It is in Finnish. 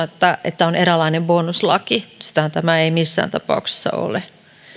että tämä on eräänlainen bonuslaki sitähän tämä ei missään tapauksessa ole